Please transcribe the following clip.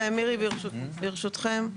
ברשותכם,